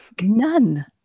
None